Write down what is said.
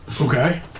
okay